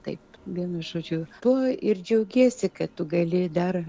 taip vienu žodžiu tuo ir džiaugiesi kad tu gali dar